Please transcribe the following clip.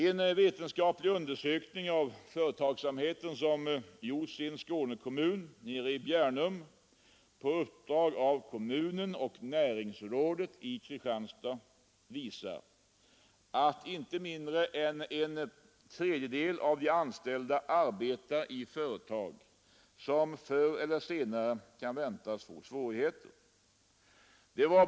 En vetenskaplig undersökning av företagsamheten, som gjorts i Skånekommunen Bjärnum på uppdrag av kommunen och ngsrådet i Kristianstad, visar att inte mindre än en tredjedel av de anställda arbetar i företag som förr eller senare kan väntas få svårigheter.